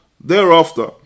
Thereafter